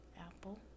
Apple